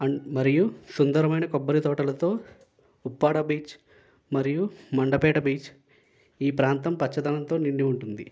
and మరియు సుందరమైన కొబ్బరి తోటలతో ఉప్పాడ బీచ్ మరియు మండపేట బీచ్ ఈ ప్రాంతం పచ్చదనంతో నిండి ఉంటుంది